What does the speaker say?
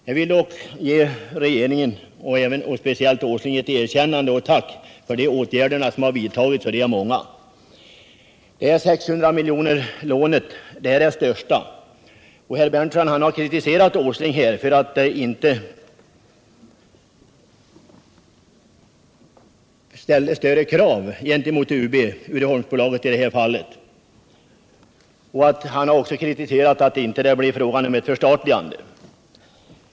Jag vill dock ge regeringen och speciellt Nils Åsling ett erkännande och ett tack för de många åtgärder som har vidtagits. Nils Berndtson har kritiserat Nils Åsling för att det inte har ställts större krav på Uddeholms AB för att företaget skall få det här lånet på 600 milj.kr. och för att det inte blir fråga om ett förstatligande.